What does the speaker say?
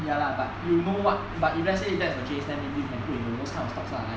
ya lah but you know what but if let's say that's the case then maybe you can put in those kind of stocks lah like